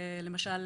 למשל,